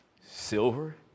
silver